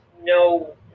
no